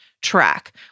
track